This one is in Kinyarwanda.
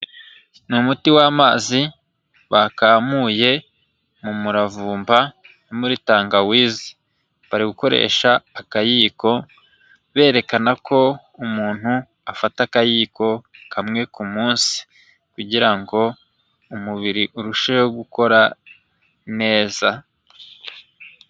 Ni umuti w'amazi bakamuye mu muravumba muri tangawizi, bari gukoresha akayiko berekana ko umuntu afata akayiko kamwe ku munsi kugira ngo umubiri urusheho gukora neza.